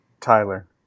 Tyler